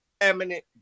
eminent